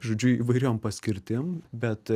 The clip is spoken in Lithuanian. žodžiu įvairiom paskirtim bet